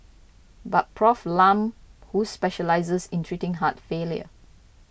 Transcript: but Prof Lam who specialises in treating heart failure